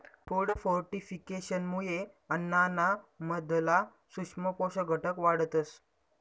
food फोर्टिफिकेशनमुये अन्नाना मधला सूक्ष्म पोषक घटक वाढतस